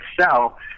sell